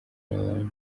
n’abandi